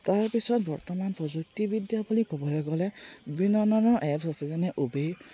তাৰপিছত বৰ্তমান প্ৰযুক্তিবিদ্যা বুলি ক'বলৈ গ'লে বিভিন্ন ধৰণৰ এপছ আছে যেনে উবেৰ